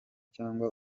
cyangwa